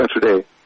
today